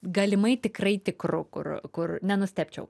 galimai tikrai tikru kur kur nenustebčiau